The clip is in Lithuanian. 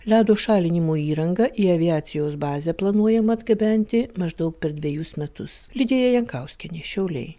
ledo šalinimo įrangą į aviacijos bazę planuojama atgabenti maždaug per dvejus metus lidija jankauskienė šiauliai